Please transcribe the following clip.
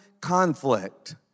conflict